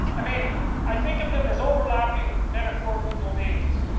i mean i think of them as overlapping metaphorical domains.